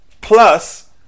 plus